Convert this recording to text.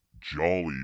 Jolly